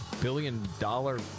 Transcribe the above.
billion-dollar